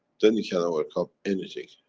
then you can overcome anything.